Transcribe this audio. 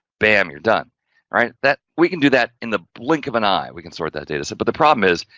bam, you're done. all right. that, we can do that, in the blink of an eye. we can sort that data set but the problem is,